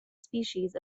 species